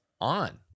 On